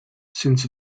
since